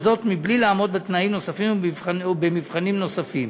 בלי לעמוד בתנאים נוספים ובמבחנים נוספים.